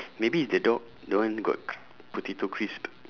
maybe it's the dog the one got potato crisp